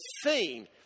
seen